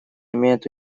имеет